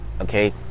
okay